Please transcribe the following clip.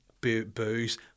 booze